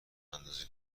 اندازه